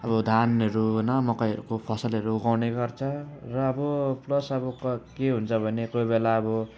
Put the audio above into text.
अब धानहरू होइन मकैहरूको फसलहरू उगाउने गर्छ र अब प्लस अब क के हुन्छ भने कोही बेला अब